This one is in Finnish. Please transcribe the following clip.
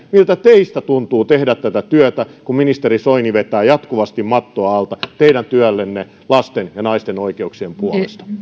miltä teistä tuntuu tehdä tätä työtä kun ministeri soini vetää jatkuvasti mattoa alta teidän työltänne lasten ja naisten oikeuksien puolesta